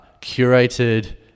curated